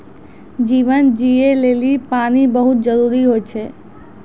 जीवन जियै लेलि पानी बहुत जरूरी होय छै?